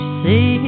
see